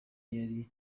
yari